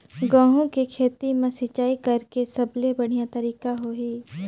गंहू के खेती मां सिंचाई करेके सबले बढ़िया तरीका होही?